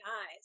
eyes